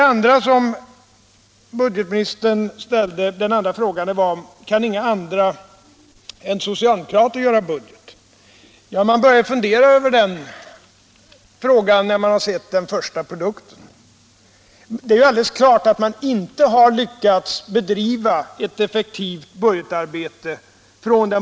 Den andra fråga som budgetministern ställde var: Kan inga andra än socialdemokrater göra en budget? Ja, man börjar nästan fundera över den frågan när man ser den första produkten från den nya regeringen. Det är alldeles klart att den borgerliga regeringen inte har lyckats bedriva ett effektivt budgetarbete.